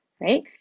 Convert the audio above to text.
right